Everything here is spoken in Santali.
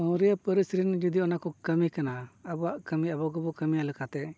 ᱯᱟᱹᱣᱨᱤᱭᱟᱹ ᱯᱟᱹᱨᱤᱥᱨᱮᱱ ᱡᱩᱫᱤ ᱚᱱᱟ ᱠᱚ ᱠᱟᱹᱢᱤ ᱠᱟᱱᱟ ᱟᱵᱚᱣᱟᱜ ᱠᱟᱹᱢᱤ ᱟᱵᱚ ᱜᱮᱵᱚᱱ ᱠᱟᱹᱢᱤᱭᱟ ᱞᱮᱠᱟᱛᱮ